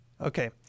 okay